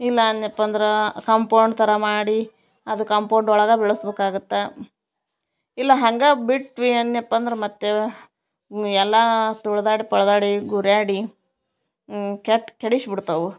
ಇಲ್ಲ ಅಂದ್ನ್ಯಪ್ಪ ಅಂದ್ರೆ ಕಾಂಪೌಂಡ್ ಥರ ಮಾಡಿ ಅದು ಕಾಂಪೌಂಡ್ ಒಳಗೆ ಬೆಳಸ್ಬೇಕಾಗತ್ತೆ ಇಲ್ಲ ಹಾಂಗೆ ಬಿಟ್ವಿ ಅಂದ್ನ್ಯಪ್ಪ ಅಂದ್ರೆ ಮತ್ತೆ ಎಲ್ಲ ತುಳಿದಾಡಿ ಪಳ್ದಾಡಿ ಗುರ್ಯಾಡಿ ಕೆಟ್ಟು ಕೆಡಿಸ್ ಬಿಡ್ತವೆ